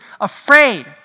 afraid